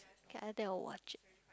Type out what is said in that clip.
okay I think I will watch it